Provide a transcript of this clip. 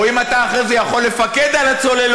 או אם אתה אחרי זה יכול לפקד על הצוללות,